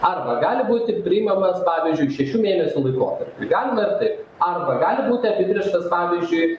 arba gali būti priimamas pavyzdžiui šešių mėnesių laikotarpiui galima ir taip arba gali būti apibrėžtas pavyzdžiui